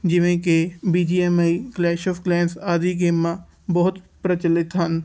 ਜਿਵੇਂ ਕਿ B G M I clash of clash ਆਦਿ ਗੇਮਾਂ ਬਹੁਤ ਪ੍ਰਚਲਿਤ ਹਨ